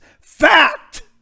fact